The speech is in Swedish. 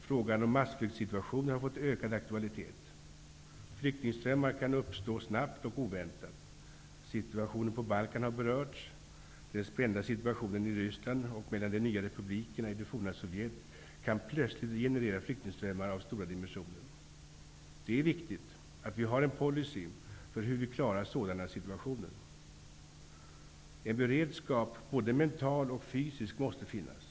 Frågan om massflyktssituationer har fått ökad aktualitet. Flyktingströmmar kan uppstå snabbt och oväntat. Situationen på Balkan har berörts. Den spända situationen i Ryssland och mellan de nya republikerna i det forna Sovjet kan plötsligt generera flyktingströmmar av stora dimensioner. Det är viktigt att vi har en policy för hur vi klarar sådana situationer. En beredskap, både mental och fysisk, måste finnas.